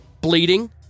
bleeding